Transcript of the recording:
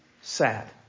sad